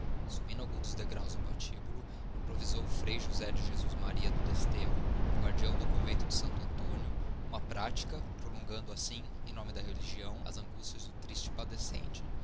subindo alguns dos degraus do patíbulo improvisou fr josé de jesus maria do desterro guardião do convento de santo antónio uma practica prolongando assim em nome da religião as anguâtías do triste padecente